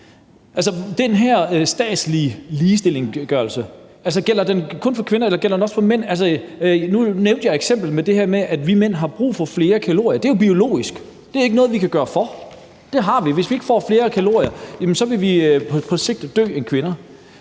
den her statslige ligestilling kun for kvinder, eller gælder den også for mænd? Nu nævnte jeg eksemplet med, at vi mænd har brug for flere kalorier end kvinder, og det er jo biologisk, det er ikke noget, vi kan gøre for, og det har vi, og hvis vi ikke får flere kalorier, vil vi på sigt dø. Vil